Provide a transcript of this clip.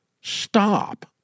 stop